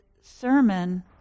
sermon